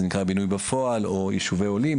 זה נקרא בינוי בפועל או יישובי עולים.